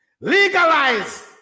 Legalize